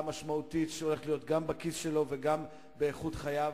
משמעותית גם בכיס שלו וגם באיכות חייו.